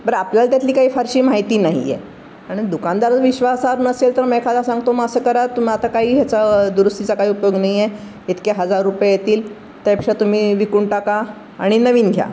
तर आपल्याला त्यातली काही फारशी माहिती नाही आहे आणि दुकानदार विश्वासार्ह नसेल तर मग एखादा सांगतो मग असं करा तुम आता काही ह्याचं दुरुस्तीचा काही उपयोग नाही आहे इतके हजार रुपये येतील त्यापेक्षा तुम्ही विकून टाका आणि नवीन घ्या